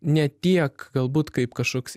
ne tiek galbūt kaip kažkoks